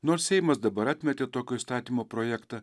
nors seimas dabar atmetė tokio įstatymo projektą